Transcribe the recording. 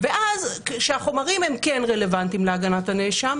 ואז כשהחומרים הם כן רלוונטיים להגנת הנאשם,